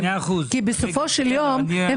כי בסופו של יום,